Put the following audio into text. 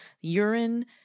urine